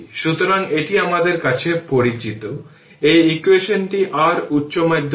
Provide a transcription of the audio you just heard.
সুতরাং এই সাধারণ জিনিসটি খুব ধাপে ধাপে বুঝতে হবে